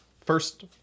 First